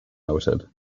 noted